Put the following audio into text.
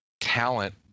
talent